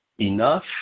enough